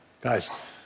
Guys